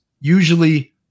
usually